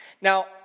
Now